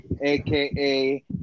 aka